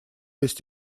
есть